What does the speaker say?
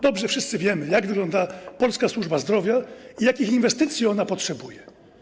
Dobrze wszyscy wiemy, jak wygląda polska służba zdrowia i jakich inwestycji ona potrzebuje.